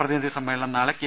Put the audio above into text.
പ്രതിനിധി സമ്മേ ളനം നാളെ കെ